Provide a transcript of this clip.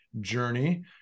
journey